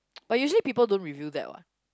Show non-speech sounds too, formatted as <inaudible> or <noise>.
<noise> but usually people don't review that what